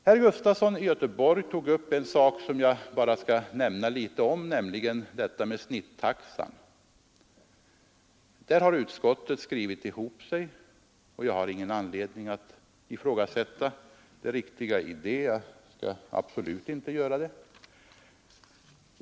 Herr Gustafson i Göteborg tog upp en sak som jag bara skall nämna litet om, nämligen detta med snittaxan. Där har utskottet skrivit ihop sig, och jag har ingen anledning att ifrågasätta det riktiga i det. Jag skall absolut inte göra det.